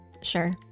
Sure